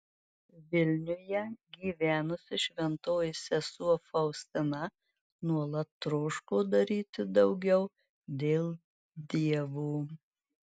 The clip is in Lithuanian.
vilniuje gyvenusi šventoji sesuo faustina nuolat troško daryti daugiau dėl dievo